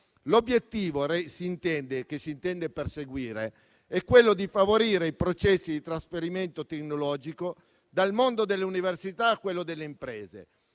L'obiettivo che si intende perseguire è quello di favorire i processi di trasferimento tecnologico dal mondo delle università a quello delle imprese,